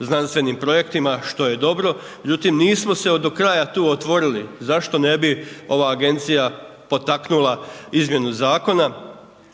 znanstvenim projektima, što je dobro. Međutim, nismo se do kraja tu otvorili, zašto ne bi ova agencija potaknula izmjenu zakona